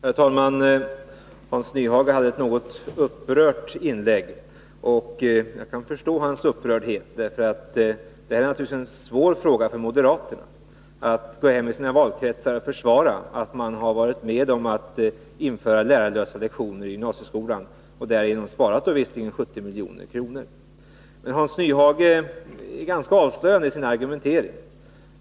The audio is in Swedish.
Herr talman! Hans Nyhage var något upprörd i sitt inlägg. Jag kan förstå hans upprördhet, för det här är naturligtvis en svår fråga för moderaterna när det gäller att hemma i sina valkretsar försvara att de varit med om att införa lärarlösa lektioner i gymnasieskolan, även om man därmed i och för sig har sparat 70 milj.kr. Hans Nyhage är ganska avslöjande i sin argumentering.